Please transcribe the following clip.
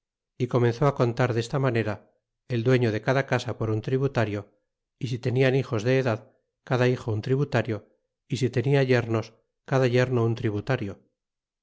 y comenzó á contar desta manera el dueño de cada casa por un tributario y si tenian hijos de edad cada hijo un tributario y si tenia yernos cada yerno un tributario